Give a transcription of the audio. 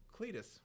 Cletus